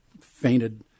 fainted